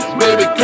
baby